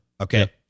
Okay